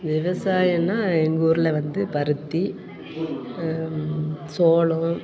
விவசாயன்னா எங்கள் ஊரில் வந்து பருத்தி சோளம்